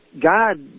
God